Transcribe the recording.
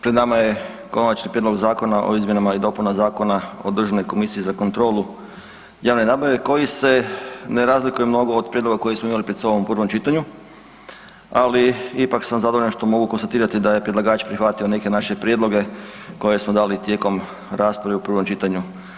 Pred nama je Konačni prijedlog Zakona o izmjenama i dopunama Zakona o Državnoj komisiji za kontrolu postupaka javne nabave koji se ne razlikuje mnogo od prijedloga koji smo imali pred sobom u prvom čitanju, ali ipak sam zadovoljan što mogu konstatirati da je predlagač prihvatio neke naše prijedloge koje smo dali tijekom rasprave u prvom čitanju.